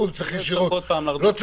לנוהל.